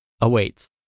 awaits